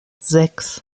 sechs